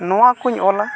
ᱱᱚᱣᱟ ᱠᱚᱧ ᱚᱞᱟ